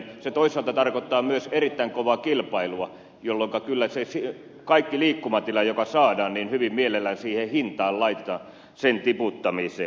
se toisaalta tarkoittaa myös erittäin kovaa kilpailua jolloinka kyllä kaikki liikkumatila joka saadaan hyvin mielellään siihen hintaan laitetaan sen tiputtamiseen